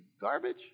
garbage